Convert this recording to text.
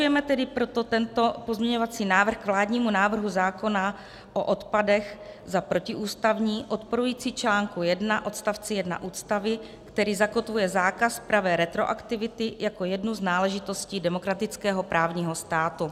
Považujeme tedy proto tento pozměňovací návrh k vládnímu návrhu zákona o odpadech za protiústavní, odporující článku 1 odst. 1 Ústavy, který zakotvuje zákaz pravé retroaktivity jako jednu z náležitostí demokratického právního státu.